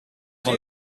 van